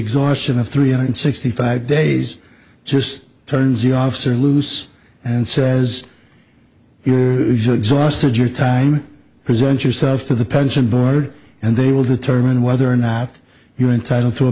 exhaustion of three hundred sixty five days just turns you off sir loose and says you're usually exhausted your time present yourself to the pension board and they will determine whether or not you're entitled to a